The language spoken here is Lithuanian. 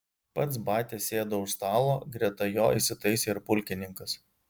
pats batia sėdo už stalo greta jo įsitaisė ir pulkininkas